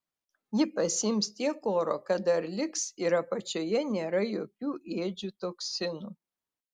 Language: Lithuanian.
ji pasiims tiek oro kad dar liks ir apačioje nėra jokių ėdžių toksinų